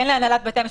אין להנהלת בית המשפט,